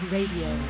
Radio